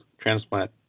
transplant